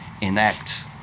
enact